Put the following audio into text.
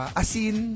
asin